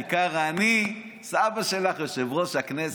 העיקר אני, סבא שלך, יושב-ראש הכנסת.